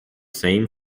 same